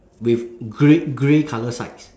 with gre~ grey colour sides